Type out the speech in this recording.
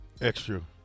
extra